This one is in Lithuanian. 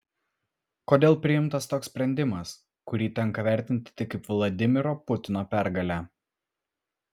kodėl priimtas toks sprendimas kurį tenka vertinti tik kaip vladimiro putino pergalę